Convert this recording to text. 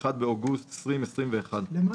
חודשים.